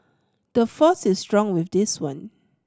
the force is strong with this one